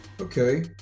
okay